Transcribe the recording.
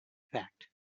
fact